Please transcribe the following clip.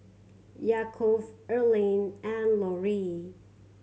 Yaakov Earlean and Lorrie